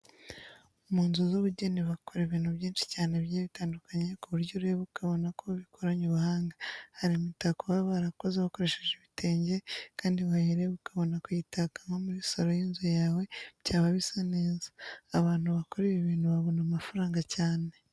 Mu nzu z'ubugeni bakora ibintu byinshi cyane bigiye bitandukanye ku buryo ureba ukabona ko bikoranye ubuhanga. Hari imitako baba barakoze bakoresheje ibitenge kandi wayireba ukabona kuyitaka nko muri saro y'inzu yawe byaba bisa neza. Abantu bakora ibi bintu babona amafaranga cyane.